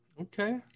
Okay